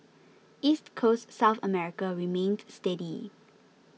East Coast South America remained steady